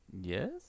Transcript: yes